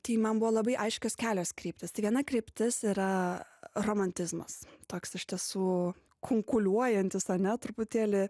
tai man buvo labai aiškios kelios kryptys tai viena kryptis yra romantizmas toks iš tiesų kunkuliuojantis ane truputėlį